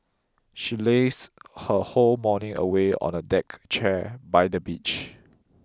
she lazed her whole morning away on a deck chair by the beach